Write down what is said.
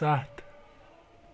ستھ